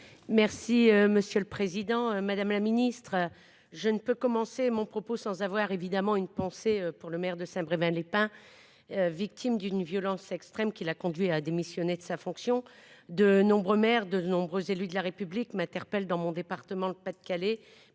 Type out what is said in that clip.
Merci monsieur le président, madame la ministre, je ne peux commencer mon propos sans avoir évidemment une pensée pour le maire de. Saint-Brévin-les-Pins. Victime d'une violence extrême qui l'a conduit à démissionner de sa fonction de nombreux maires de nombreux élus de la République m'interpelle dans mon département le Pas-de-Calais